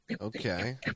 Okay